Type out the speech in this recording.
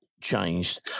changed